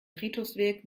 friedhofsweg